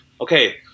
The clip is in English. okay